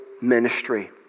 ministry